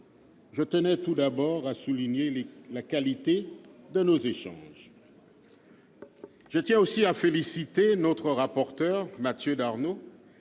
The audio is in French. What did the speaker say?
je tenais tout d'abord à souligner la qualité de nos échanges. Je félicite notre rapporteur Mathieu Darnaud,